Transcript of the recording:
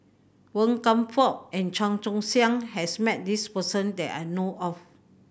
Wan Kam Fook and Chan Choy Siong has met this person that I know of